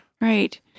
Right